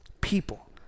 people